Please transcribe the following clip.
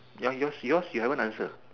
ya yours yours you haven't answer